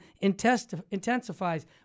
intensifies